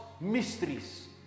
mysteries